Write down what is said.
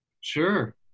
Sure